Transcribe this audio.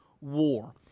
war